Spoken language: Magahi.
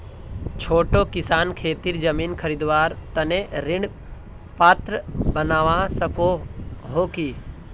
छोटो किसान खेतीर जमीन खरीदवार तने ऋण पात्र बनवा सको हो कि?